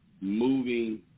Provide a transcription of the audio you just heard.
moving